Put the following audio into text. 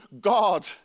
God